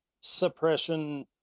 suppression